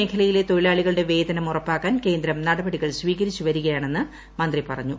മേഖലയിലെ ഇൌ തൊഴിലാളികളുടെ വേതനം ഉറപ്പാക്കാൻ കേന്ദ്രം നടപടികൾ സ്വീകരിച്ചുവരികയാണെന്ന് വിഭാഗം പറഞ്ഞു